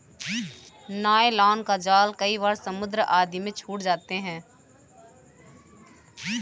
nylon का जाल कई बार समुद्र आदि में छूट जाते हैं